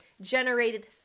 generated